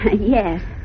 Yes